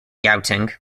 gauteng